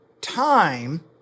time